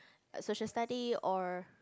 a Social Studies or